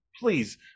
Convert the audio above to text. please